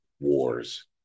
wars